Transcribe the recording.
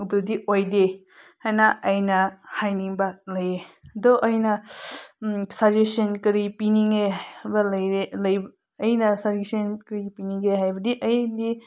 ꯑꯗꯨꯗꯤ ꯑꯣꯏꯗꯦ ꯍꯥꯏꯅ ꯑꯩꯅ ꯍꯥꯏꯅꯤꯡꯕ ꯂꯩꯌꯦ ꯑꯗꯣ ꯑꯩꯅ ꯁꯖꯦꯁꯟ ꯀꯔꯤ ꯄꯤꯅꯤꯡꯉꯦ ꯍꯥꯏꯕ ꯂꯩꯔꯦ ꯂꯩꯕ ꯑꯩꯅ ꯁꯖꯦꯁꯟ ꯀꯔꯤ ꯄꯤꯅꯤꯡꯒꯦ ꯍꯥꯏꯕꯗꯤ ꯑꯩꯗꯤ